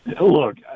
look